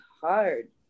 hard